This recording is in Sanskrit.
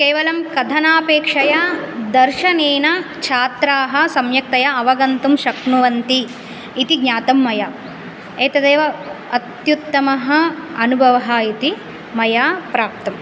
केवलं कथनापेक्षया दर्शनेन छात्राः सम्यक्तया अवगन्तुं शक्नुवन्ति इति ज्ञातं मया एतदेव अत्युत्तमः अनुभवः इति मया प्राप्तं